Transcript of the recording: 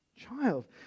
child